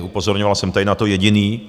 Upozorňoval jsem tady na to jediný.